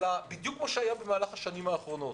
בדיוק כמו שהיה במהלך השנים האחרונות.